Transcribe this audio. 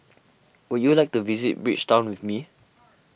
would you like to visit Bridgetown with me